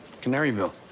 canaryville